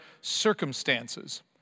circumstances